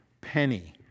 penny